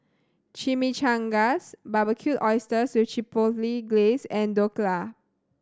Chimichangas Barbecued Oysters with Chipotle Glaze and Dhokla